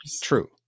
true